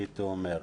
הייתי אומר.